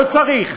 לא צריך.